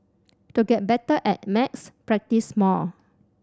to get better at maths practise more